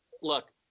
Look